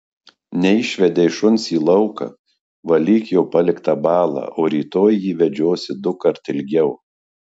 neišvedei šuns į lauką valyk jo paliktą balą o rytoj jį vedžiosi dukart ilgiau